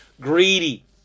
greedy